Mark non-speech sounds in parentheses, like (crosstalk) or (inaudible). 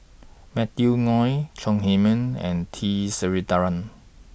Matthew (unintelligible) Chong Heman and T Sasitharan